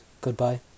goodbye